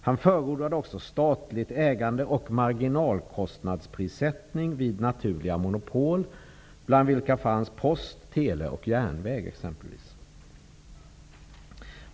Han förordade också statligt ägande och marginalkostnadsprissättning vid naturliga monopol, vilka skulle kunna finnas inom exempelvis post-, tele och järnvägsområdena.